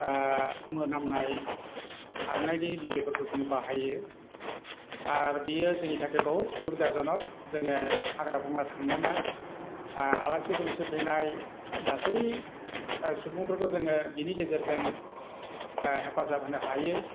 मोनामनाय खारनायनि मुलिफोरखौ जोङो बाहायो आर बियो जोंनि थाखाय बहुद सुबिदाजनख जोङो हाग्रा बंग्रा थांनाङा आर आलासि दुमसि फैनाय गासै सुबुंफोरखौ जोङो बिनि गेजेरजों हेफाजाब होनो हायो